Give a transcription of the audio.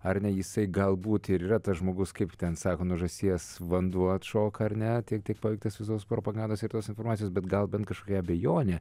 ar ne jisai galbūt ir yra tas žmogus kaip ten sako nuo žąsies vanduo atšoka ar ne tiek tiek paveiktas visos propagandos ir tos informacijos bet gal bent kažkokia abejonė